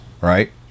right